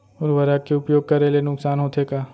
उर्वरक के उपयोग करे ले नुकसान होथे का?